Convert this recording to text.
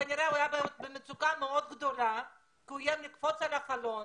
כנראה שהוא היה במצוקה גדולה מאוד והוא איים לקפוץ מהחלון.